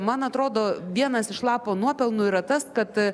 man atrodo vienas iš lapo nuopelnų yra tas kad